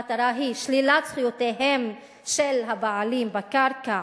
המטרה היא שלילת זכויותיהם של הבעלים בקרקע,